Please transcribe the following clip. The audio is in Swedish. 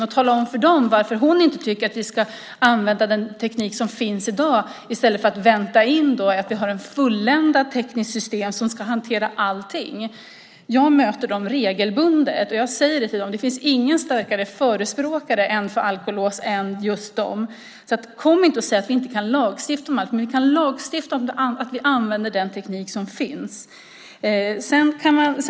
Hon kan tala om för dem varför hon inte tycker att vi ska använda den teknik som finns i dag i stället för att vänta in ett fulländat tekniskt system som ska hantera allting. Jag möter dem regelbundet, och det finns ingen starkare förespråkare för alkolås än just de. Kom inte och säg att vi inte kan lagstifta om allt! Vi kan lagstifta om att använda den teknik som finns.